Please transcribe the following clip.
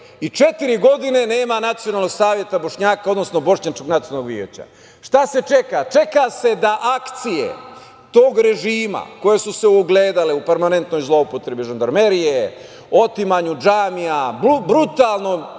Četiri godine nema Nacionalnog saveta Bošnjaka, odnosno Bošnjačkog nacionalnog veća. Šta se čeka? Čeka se da akcije tog režima koje su se ogledale u permanentnoj zloupotrebi žandarmerije, otimanju džamija, brutalnom